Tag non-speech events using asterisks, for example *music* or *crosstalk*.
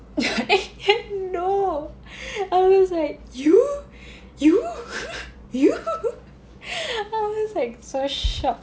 *laughs* no I was like you you *laughs* you *laughs* I was like so shocked